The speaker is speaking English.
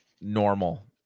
normal